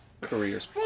careers